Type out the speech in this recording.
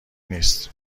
نیست